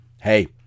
Hey